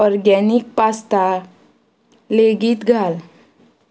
organic pasta लेगीत घाल